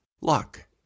luck